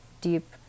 deep